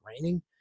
raining